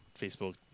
Facebook